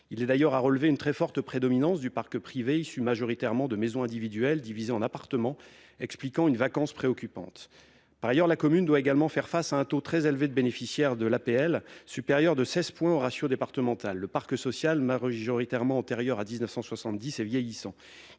Il est d'ailleurs à relever une très forte prédominance du parc privé, issu majoritairement de maisons individuelles divisées en appartements, ce qui explique une vacance préoccupante. Par ailleurs, la commune doit également faire face à un taux très élevé de bénéficiaires de l'aide personnalisée au logement (APL) supérieur de 16 points au ratio départemental. Le parc social, majoritairement antérieur à 1970, est vieillissant.